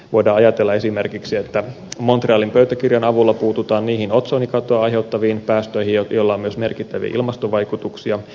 voidaan ajatella esimerkiksi että montrealin pöytäkirjan avulla puututaan niihin otsonikatoa aiheuttaviin päästöihin joilla on myös merkittäviä ilmastovaikutuksia